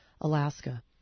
Alaska